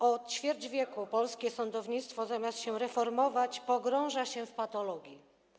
Od ćwierć wieku polskie sądownictwo, zamiast się reformować, pogrąża się w patologii.